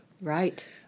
Right